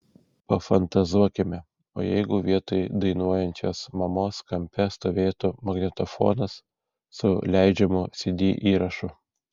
pafantazuokime o jeigu vietoj dainuojančios mamos kampe stovėtų magnetofonas su leidžiamu cd įrašu